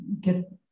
get